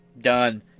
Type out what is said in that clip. done